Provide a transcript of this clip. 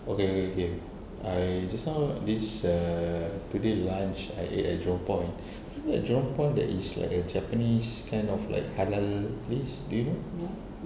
okay okay okay I just now this err today lunch I ate at jurong point do you know that jurong point there is like a japanese kind of like halal place do you know